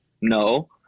No